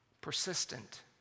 persistent